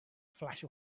flash